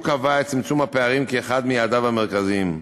הוא קבע את צמצום הפערים כאחד מיעדיו המרכזיים.